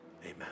Amen